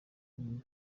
kinyinya